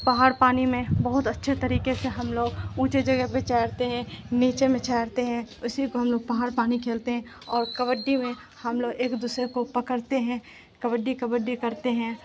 پہاڑ پانی میں بہت اچھے طریقے سے ہم لوگ اونچے جگہ پہ چہرتے ہیں نیچے میں چہرتے ہیں اسی کو ہم لوگ پہاڑ پانی کھیلتے ہیں اور کبڈی میں ہم لوگ ایک دوسرے کو پکڑتے ہیں کبڈی کبڈی کرتے ہیں